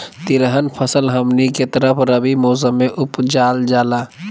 तिलहन फसल हमनी के तरफ रबी मौसम में उपजाल जाला